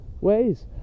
ways